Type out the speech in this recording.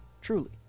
Truly